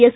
S